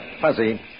Fuzzy